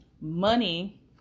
money